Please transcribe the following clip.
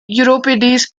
euripides